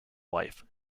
wife